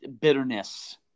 bitterness